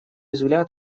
взгляд